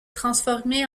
transformée